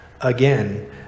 again